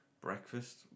breakfast